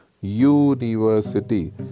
university